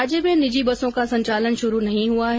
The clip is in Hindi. राज्य में निजी बसों का संचालन शुरू नहीं हुआ है